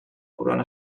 corona